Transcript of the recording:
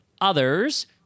others